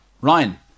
Ryan